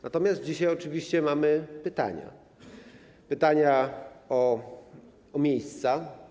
Natomiast dzisiaj oczywiście mamy pytania - pytania o miejsca.